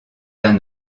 d’un